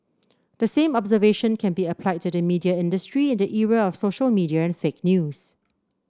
the same observation can be applied to the media industry in the era of social media and fake news